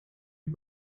you